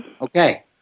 Okay